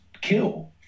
kill